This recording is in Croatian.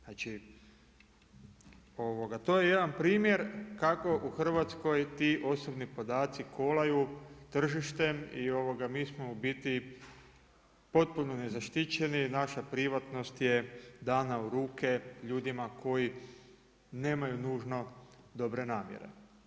Znači to je jedan primjer kako u Hrvatskoj ti osobni podaci kolaju tržištem i mi smo u biti potpuno nezaštićeni, naša privatnost je dana u ruke ljudima koji nemaju nužno dobre namjere.